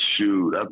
shoot